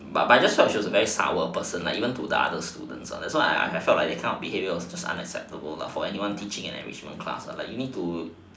but but I just felt she was very sour person like even to other students ah that's why I felt like the behavior was unacceptable to people teaching the enrichment class you need to